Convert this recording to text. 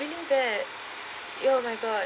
really bad ya oh my god